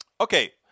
Okay